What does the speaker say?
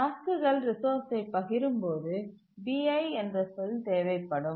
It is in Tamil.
டாஸ்க்குகள் ரிசோர்ஸ்சை பகிரும்போது bi என்ற சொல் தேவைப்படும்